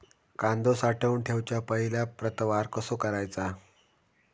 कांदो साठवून ठेवुच्या पहिला प्रतवार कसो करायचा?